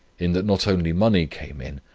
in that not only money came in,